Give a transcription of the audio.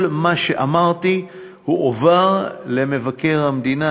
כל מה שאמרתי הועבר למבקר המדינה,